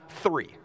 three